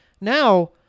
now